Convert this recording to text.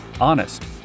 honest